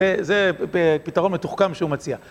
זה פתרון מתוחכם שהוא מציע.